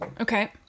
Okay